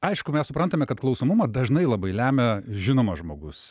aišku mes suprantame kad klausomumą dažnai labai lemia žinomas žmogus